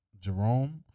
Jerome